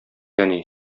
әни